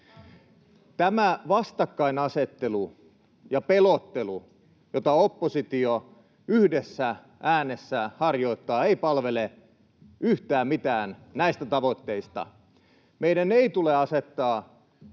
Nämä vastakkainasettelu ja pelottelu, joita oppositio yhdessä äänessä harjoittaa, eivät palvele yhtään mitään näistä tavoitteista. Meidän ei tule asettaa